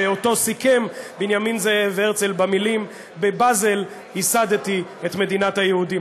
שאותו סיכם בנימין זאב הרצל במילים "בבזל ייסדתי את מדינת היהודים".